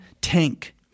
tank